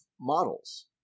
models